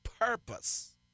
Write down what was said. purpose